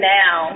now